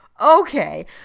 okay